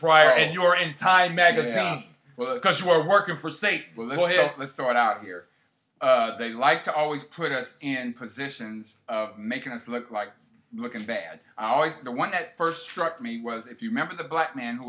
pryor and your in time magazine because you're working for say well let's start out here they like to always put us and positions making us look like looking bad i always the one that first struck me was if you remember the black man who